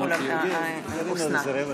סדר-היום.